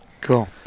Cool